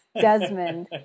Desmond